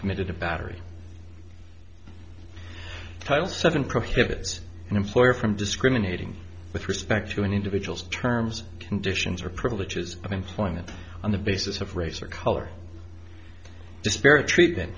committed a battery title seven prohibits an employer from discriminating with respect to an individual's terms conditions or privileges of employment on the basis of race or color disparate treat